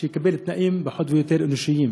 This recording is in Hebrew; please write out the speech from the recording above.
כדי שיקבל תנאים פחות או יותר אנושיים.